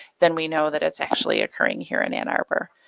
then we know that it's actually occurring here in ann arbor.